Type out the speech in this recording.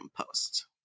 post